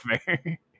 fair